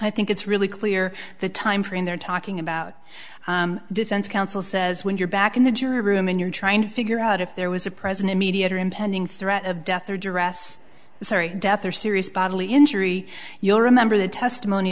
i think it's really clear the timeframe they're talking about defense counsel says when you're back in the jury room and you're trying to figure out if there was a present immediate or impending threat of death or duress sorry death or serious bodily injury you'll remember the testimony